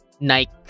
Nike